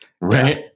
Right